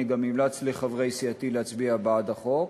אני גם המלצתי לחברי סיעתי להצביע בעד החוק.